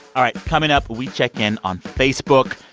all right, coming up we check in on facebook.